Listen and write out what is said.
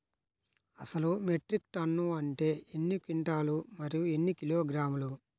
అసలు metric ton అంటే ఎన్ని క్వింటాలు మరియు ఎన్ని కిలోగ్రాములు?